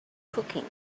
cooking